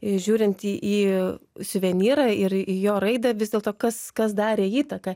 žiūrint į suvenyrą ir jo raidą vis dėlto kas kas darė įtaką